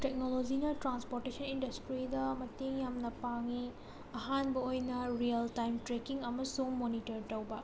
ꯇꯦꯛꯅꯣꯂꯣꯖꯤꯅ ꯇ꯭ꯔꯥꯟꯁꯄꯣꯔꯇꯦꯁꯟ ꯏꯟꯗꯁꯇ꯭ꯔꯤꯗ ꯃꯇꯦꯡ ꯌꯥꯝꯅ ꯄꯥꯡꯏ ꯑꯍꯥꯟꯕ ꯑꯣꯏꯅ ꯔꯤꯌꯦꯜ ꯇꯥꯏꯝ ꯇ꯭ꯔꯦꯛꯀꯤꯡ ꯑꯃꯁꯨꯡ ꯃꯣꯅꯤꯇꯔ ꯇꯧꯕ